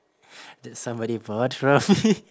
that somebody bought from me